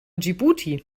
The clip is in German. dschibuti